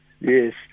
Yes